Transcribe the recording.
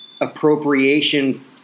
appropriation